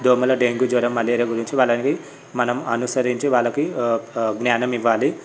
దోమల డెంగ్యూ జ్వరం మలేరియా గురించి వాళ్ళకి మనం అనుసరించి వాళ్ళకి జ్ఞానం ఇవ్వాలి